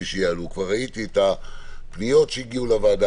שיעלו כבר ראיתי את הפניות שהגיעו לוועדה,